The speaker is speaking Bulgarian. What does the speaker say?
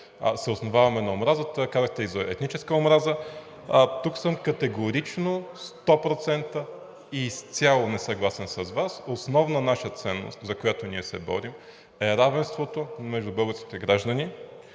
се основаваме на омразата, казахте и за етническа омраза. Тук съм категорично сто процента изцяло несъгласен с Вас. Основна наша ценност, за която ние се борим, е равенството между българските граждани